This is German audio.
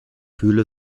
fühle